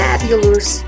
Fabulous